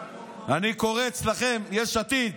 אני קורץ לכם, יש עתיד,